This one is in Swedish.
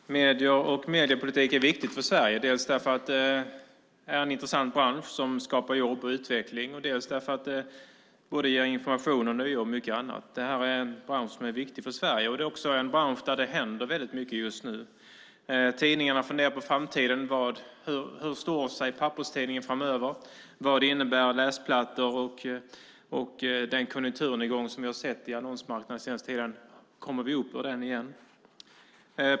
Herr talman! Medierna och mediepolitiken är viktiga för Sverige. Dels därför att det är en intressant bransch som skapar jobb och utveckling, dels därför att branschen ger information och mycket annat. Det här är en bransch som är viktig för Sverige, och det är en bransch där det händer mycket just nu. Bland tidningarna funderar man på framtiden. Hur står sig papperstidningen framöver? Vad innebär läsplattor och den konjunkturnedgång vi har sett i annonsmarknaden den senaste tiden? Kommer de upp ur den nedgången igen?